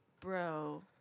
bro